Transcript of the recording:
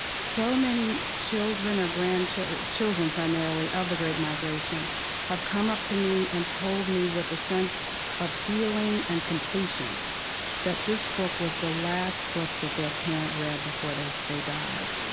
so many children or grandchildren, children primarily, of the great migration have come up to me and told me with a sense of healing and completion that this book was the last book that their parent read before they died.